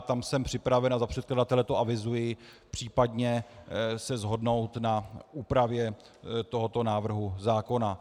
Tam jsem připraven, a za předkladatele to avizuji, případně se shodnout na úpravě tohoto návrhu zákona.